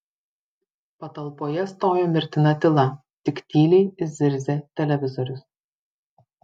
patalpoje stojo mirtina tyla tik tyliai zirzė televizorius